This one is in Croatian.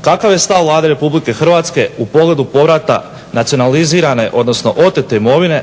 Kakav je stav Vlade RH u pogledu povrata nacionalizirane, odnosno otete imovine